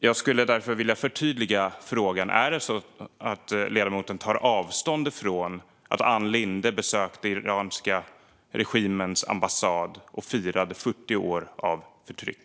Jag skulle därför vilja förtydliga frågan: Är det så att ledamoten tar avstånd från att Ann Linde besökte iranska regimens ambassad och firade 40 år av förtryck?